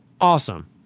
Awesome